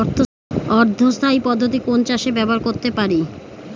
অর্ধ স্থায়ী পদ্ধতি কোন চাষে ব্যবহার করতে পারি?